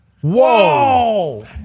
Whoa